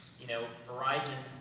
you know, verizon you